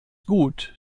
gut